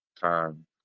time